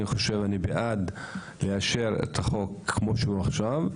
אני בעד לאשר את החוק כמו שהוא עכשיו,